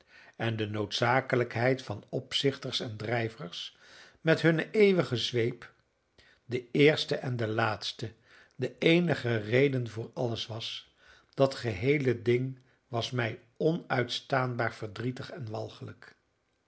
en de noodzakelijkheid van opzichters en drijvers met hunne eeuwige zweep de eerste en de laatste de eenige reden voor alles was dat geheele ding was mij onuitstaanbaar verdrietig en walgelijk